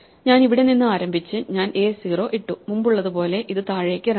ഞാൻ അവിടെ നിന്ന് ആരംഭിച്ച് ഞാൻ എ0 ഇട്ടു മുമ്പുള്ളതുപോലെ ഇത് താഴേക്കിറങ്ങാം